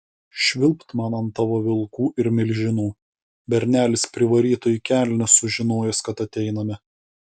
švilpt man ant tavo vilkų ir milžinų bernelis privarytų į kelnes sužinojęs kad ateiname